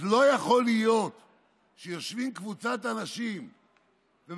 אז לא יכול להיות שיושבים אנשים ומקבלים